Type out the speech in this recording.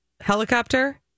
helicopter